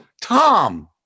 Tom